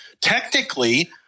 technically